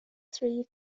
three